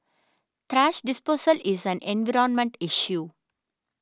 thrash disposal is an environmental issue